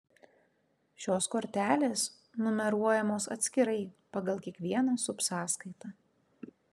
šios kortelės numeruojamos atskirai pagal kiekvieną subsąskaitą